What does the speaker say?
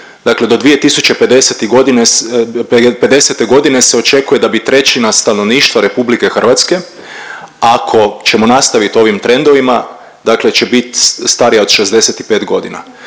dakle do 2050.g. se očekuje da bi trećina stanovništva RH ako ćemo nastavit ovim trendovima dakle će bit starija od 65.g.